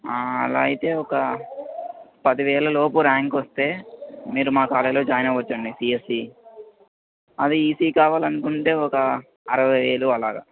అలా అయితే ఒక పది వేల లోపు ర్యాంక్ వస్తే మీరు మా కాలేజీలో జాయిన్ అవ్వొచ్చండి సియస్ఈ అది ఈసీఈ కావాలనుకుంటే ఒక అరవై వేలు అలాగ